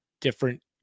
different